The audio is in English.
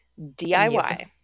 DIY